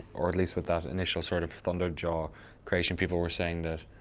or at least without initial sort of thunder jaw creation, people were saying that